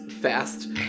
fast